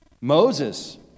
Moses